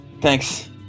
Thanks